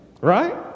right